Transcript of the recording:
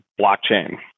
blockchain